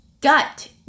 gut